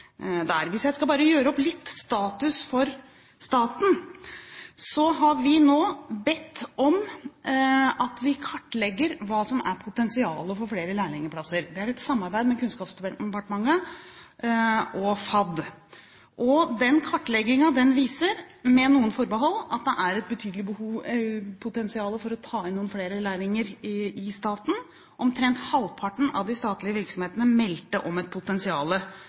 der. Hvis jeg skal gjøre opp litt status for staten: Vi har nå bedt om at man kartlegger hva som er potensialet for flere lærlingplasser. Det er et samarbeid mellom Kunnskapsdepartementet og FAD. Den kartleggingen viser – med noen forbehold – at det er et betydelig potensial for å ta inn noen flere lærlinger i staten. Omtrent halvparten av de statlige virksomhetene meldte om et potensial